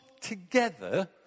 together